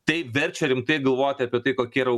tai verčia rimtai galvoti apie tai kokie yra